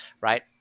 Right